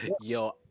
Yo